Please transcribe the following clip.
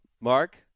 Mark